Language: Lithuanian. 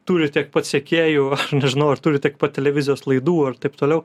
turi tiek pat sekėjų nežinau ar turi tiek po televizijos laidų ar taip toliau